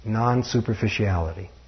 non-superficiality